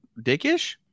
dickish